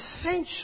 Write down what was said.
essential